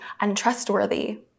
untrustworthy